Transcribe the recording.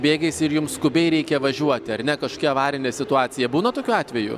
bėgiais ir jums skubiai reikia važiuoti ar ne kažkokia avarinė situacija būna tokių atvejų